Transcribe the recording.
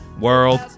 World